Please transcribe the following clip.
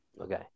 Okay